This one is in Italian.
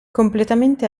completamente